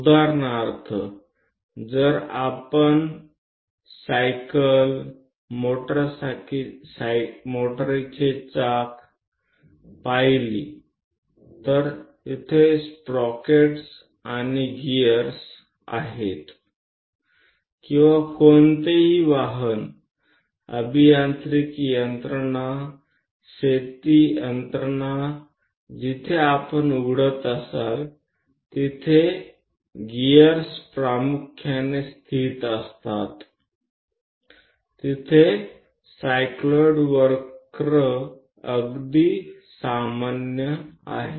उदाहरणार्थ जर आपण सायकल मोटारीचे चाक पाहिली तर तिथे स्प्रॉकेट आणि गिअर्स आहेत किंवा कोणतीही वाहन अभियांत्रिकी यंत्रणा शेती यंत्रणा आपण उघडत असाल तेथे गिअर्स प्रामुख्याने स्थित असतात तिथे सायक्लॉइड वक्र अगदी सामान्य आहेत